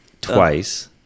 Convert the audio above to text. twice